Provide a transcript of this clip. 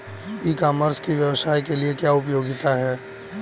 ई commerce की व्यवसाय के लिए क्या उपयोगिता है?